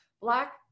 Black